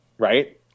Right